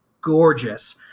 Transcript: gorgeous